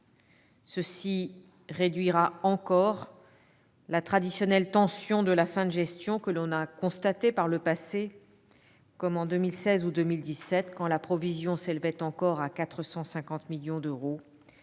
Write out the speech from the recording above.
Cela réduira encore la traditionnelle tension de la fin de gestion, que l'on a constatée par le passé, comme en 2016 ou 2017, quand la provision s'élevait à 450 millions d'euros,